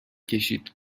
کشید